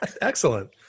Excellent